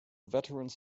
veterans